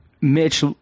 Mitch